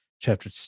chapter